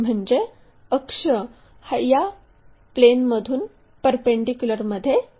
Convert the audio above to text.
म्हणजे अक्ष हा या प्लेनमधून परपेंडीक्युलरमध्ये जात आहे